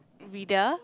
reader